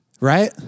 Right